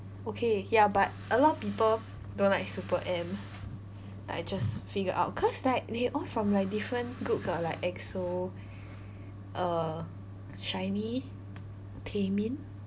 okay ya but a lot of people don't like super M like I just figured out cause like they all from like different groups [what] like exo uh shinee taemin